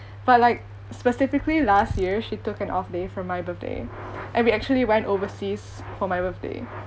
but like specifically last year she took an off day for my birthday and we actually went overseas for my birthday